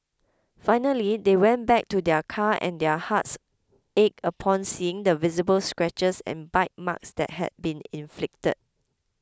finally they went back to their car and their hearts ached upon seeing the visible scratches and bite marks that had been inflicted